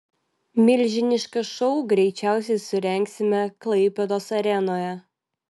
milžinišką šou greičiausiai surengsime klaipėdos arenoje